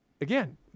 again